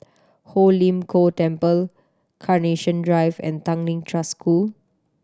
Ho Lim Kong Temple Carnation Drive and Tanglin Trust School